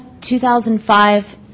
2005